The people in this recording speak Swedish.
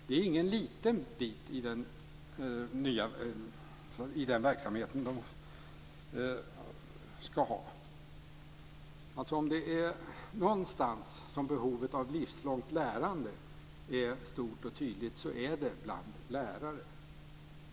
Det är ingen liten bit i den verksamhet som lärarutbildningen ska omfatta. Om det är någonstans som behovet av livslångt lärande är stort och tydligt, är det bland lärare.